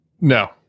No